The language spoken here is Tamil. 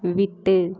விட்டு